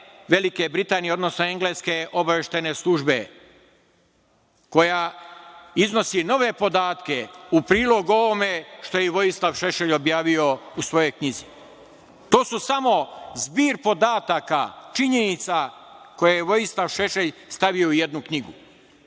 Velike Britanije, odnosno engleske obaveštajne službe koja iznosi nove podatke u prilog ovome što je i Vojislav Šešelj objavio u svojoj knjizi. To je samo zbir podataka, činjenice koje je Vojislav Šešelj stavio u jednu knjigu